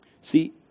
See